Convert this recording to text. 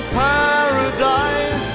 paradise